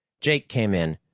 jake came in,